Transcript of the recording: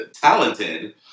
talented